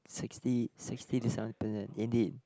sixty sixty to indeed